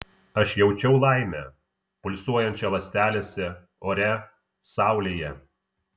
aš jaučiau laimę pulsuojančią ląstelėse ore saulėje